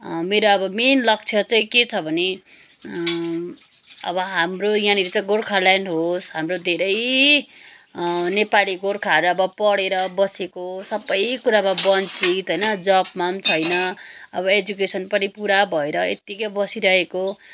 मेरो अब मेन लक्ष्य चाहिँ के छ भने अब हाम्रो यहाँनिर चाहिँ गोर्खाल्यान्ड होस् हाम्रो धेरै नेपाली गोर्खाहरू अब पढेर बसेको सबै कुरामा बञ्चित होइन जबमा पनि छैन अब एजुकेसन पनि पुरा भएर यतिकै बसिरहेको